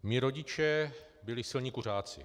Mí rodiče byli silní kuřáci.